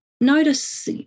notice